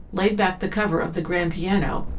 laid back the cover of the grand piano,